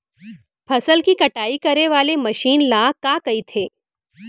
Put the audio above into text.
फसल की कटाई करे वाले मशीन ल का कइथे?